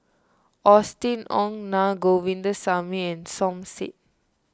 Austen Ong Na Govindasamy and Som Said